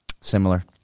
Similar